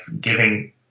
giving